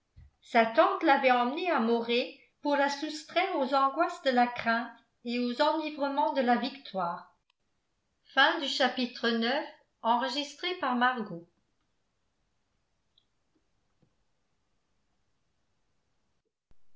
sa tante l'avait emmenée à moret pour la soustraire aux angoisses de la crainte et aux enivrements de la victoire